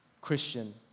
Christian